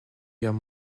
guerre